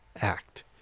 Act